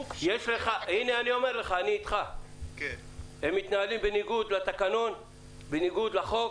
הם מתנהלים בניגוד לתקנון בניגוד לחוק,